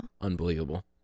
Unbelievable